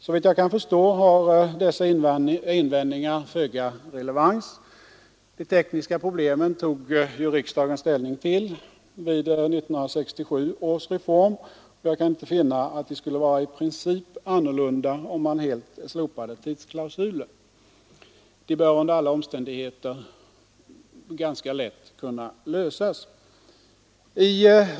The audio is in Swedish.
Såvitt jag kan förstå har dessa invändningar föga relevans. De tekniska problemen tog ju riksdagen ställning till vid 1967 års reform, och jag kan inte finna att de skulle vara i princip annorlunda om man helt slopade tidsklausulen. De borde under alla omständigheter lätt kunna lösas.